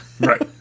Right